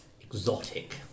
exotic